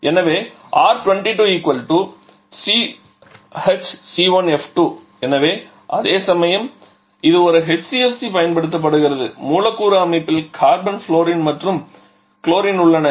4 1 2 1 எனவே R22 ≡ CHClF2 எனவே அதேசமயம் இந்த ஒரு HCFC பயன்படுத்தப்படுகிறது மூலக்கூறு அமைப்பில் கார்பன் ஃப்ளோரின் மற்றும் குளோரின் உள்ளன